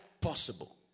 possible